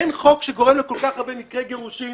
אין חוק שגורם לכל כך הרבה מקרי גירושין,